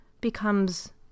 becomes